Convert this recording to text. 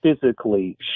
physically